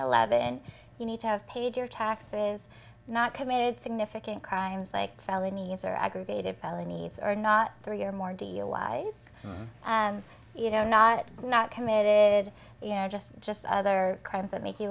eleven you need to have paid your taxes not committed significant crimes like felonies or aggravated probably needs are not three or more deal wise and you know not it not committed you know just just other crimes that make you